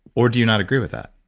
or do you not agree with that?